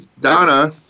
Donna